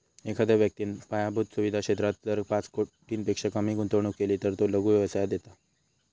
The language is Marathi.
एखाद्या व्यक्तिन पायाभुत सुवीधा क्षेत्रात जर पाच कोटींपेक्षा कमी गुंतवणूक केली तर तो लघु व्यवसायात येता